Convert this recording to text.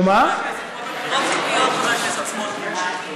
איסור פרסום),